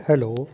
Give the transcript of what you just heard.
hello